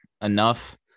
enough